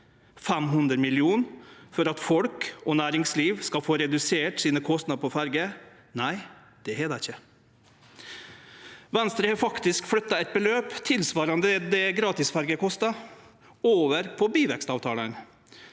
500 mill. kr for at folk og næringsliv skal få redusert sine kostnader på ferjene? Nei, det har dei ikkje. Venstre har faktisk flytta eit beløp tilsvarande det gratisferjene kostar, over på byvekstavtalane.